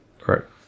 Correct